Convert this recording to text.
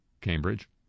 Cambridge